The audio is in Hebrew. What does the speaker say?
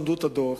למדו את הדוח,